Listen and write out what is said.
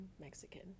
Mexican